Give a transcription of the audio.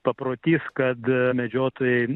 paprotys kad medžiotojai